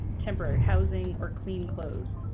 temporary housing, or clean clothes.